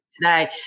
today